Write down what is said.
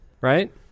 right